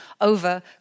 over